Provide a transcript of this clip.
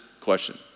question